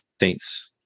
saints